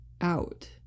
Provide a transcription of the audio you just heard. out